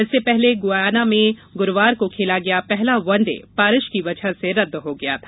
इससे पहले गुयाना में गुरुवार को खेला गया पहला वनडे बारिश की वजह से रद्द हो गया था